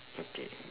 okay